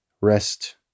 rest